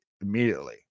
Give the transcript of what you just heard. immediately